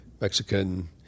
Mexican